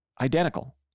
Identical